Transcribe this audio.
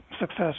success